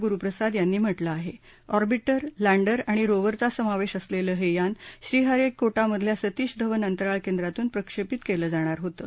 गुरुप्रसाद यांनी म्हटलं आह ऑर्बिटर लैंडर आणि रोवरचा समावधीअसलप्रिहज्ञान श्रीहरिकोटामधल्या सतीश धवन अंतराळ केंद्रातून प्रक्षपित कलि जाणार होतं